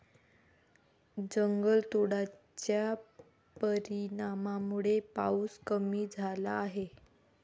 जंगलतोडाच्या परिणामामुळे पाऊस कमी झाला आहे